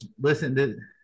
Listen